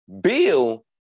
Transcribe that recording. Bill